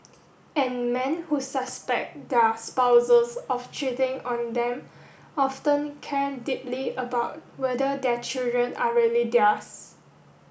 and men who suspect their spouses of cheating on them often care deeply about whether their children are really theirs